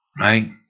right